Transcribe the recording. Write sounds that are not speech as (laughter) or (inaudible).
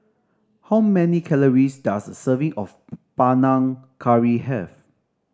how many calories does a serving of (noise) Panang Curry have